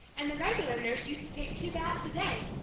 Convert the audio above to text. and the regular nurse used to take two baths a day.